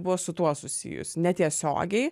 buvo su tuo susijus netiesiogiai